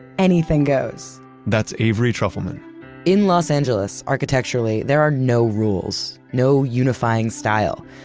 anything goes that's avery trufelman in los angeles, architecturally, there are no rules, no unifying style,